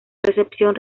recepción